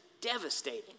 devastating